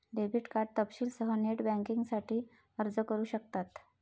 debit card तपशीलांसह net बँकिंगसाठी अर्ज करू शकतात